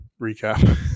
recap